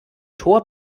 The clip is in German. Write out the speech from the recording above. tor